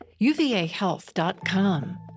UVAhealth.com